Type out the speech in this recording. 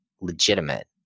legitimate